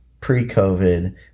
pre-covid